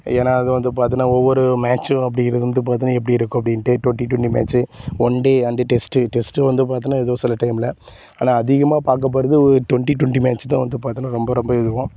ஏனால் அது வந்து பார்த்தினா ஒவ்வொரு மேட்ச்சும் அப்படிங்கறது வந்து பார்த்தினா எப்படி இருக்கும் அப்படின்ட்டு twenty twenty match one day and test test வந்து பார்த்தினா ஏதோ சில டைமில் ஆனால் அதிகமாக பார்க்கப்பட்றது ஒரு ட்வெண்ட்டி ட்வெண்ட்டி மேட்ச்சி தான் வந்து பார்த்தினா ரொம்ப ரொம்பவே விரும்புவோம்